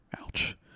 ouch